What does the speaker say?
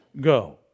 go